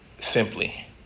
Simply